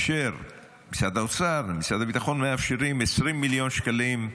משרד האוצר ומשרד הביטחון מאפשרים 20 מיליון שקלים,